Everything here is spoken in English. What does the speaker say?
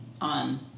on